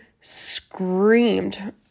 screamed